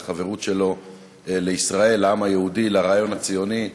על החברות שלו לישראל, לעם היהודי, לרעיון הציוני.